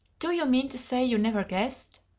do you mean to say you never guessed?